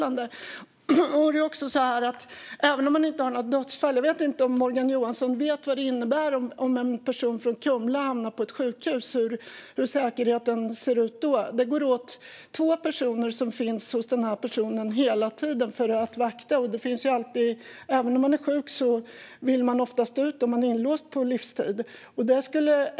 Man har visserligen inte några dödsfall, men jag vet inte om Morgan Johansson vet vad det innebär om en person från Kumla hamnar på ett sjukhus och hur säkerheten ser ut då. Det går åt två personer som finns hos personen hela tiden för att vakta. Även om personen är sjuk vill den oftast ut om den är inlåst på livstid.